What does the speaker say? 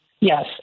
yes